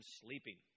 sleeping